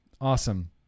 Awesome